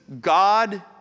God